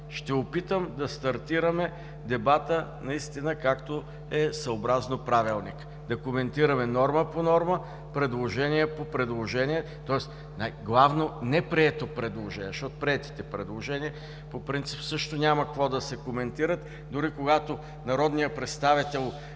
Ще опитам да стартираме дебата съобразно Правилника: да коментираме норма по норма, предложение по предложение – главно неприето предложение, защото приетите предложения по принцип няма какво да се коментират, дори когато народният представител,